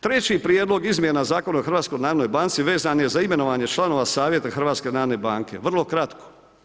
Treći prijedlog izmjena Zakona o HNB-u vezan je za imenovanje članova Savjeta HNB-a, vrlo kratko.